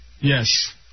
Yes